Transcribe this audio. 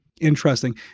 Interesting